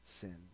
sin